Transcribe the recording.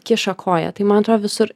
kiša koją tai man atrodo visur